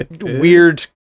weird